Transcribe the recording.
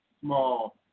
small